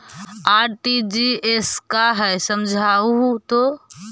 RTGS का है समझाहू तो?